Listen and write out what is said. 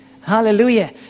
Hallelujah